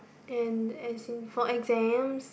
and as in for exams